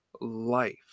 life